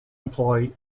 employ